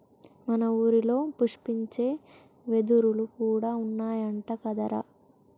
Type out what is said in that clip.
మన ఊరిలో పుష్పించే వెదురులు కూడా ఉన్నాయంట కదరా